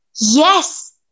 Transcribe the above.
Yes